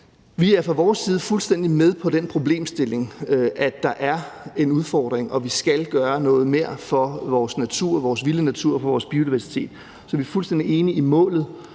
Vi er fra Venstres side fuldstændig med på den problemstilling, at der er en udfordring, og at vi skal gøre noget mere for vores vilde natur og for biodiversiteten. Vi er fuldstændig enige i målet.